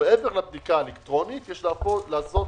מעבר לבדיקה האלקטרונית, יש לעשות